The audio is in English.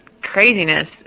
craziness